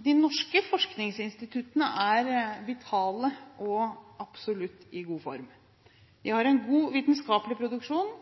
de norske forskningsinstituttene er vitale og absolutt i god form. De har en god vitenskapelig produksjon,